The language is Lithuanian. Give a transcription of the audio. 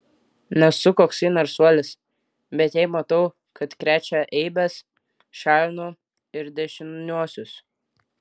nesu koksai narsuolis bet jei matau kad krečia eibes šalinu ir dešiniuosius